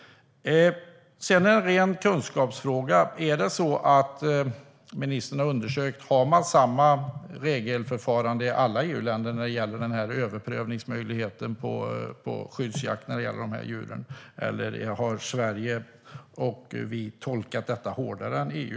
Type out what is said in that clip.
Sedan har jag en ren kunskapsfråga. Har ministern undersökt om man har samma regelförfarande i alla EU-länder rörande överprövningsmöjligheten när det gäller skyddsjakt av de här djuren? Eller har Sverige tolkat detta hårdare än EU?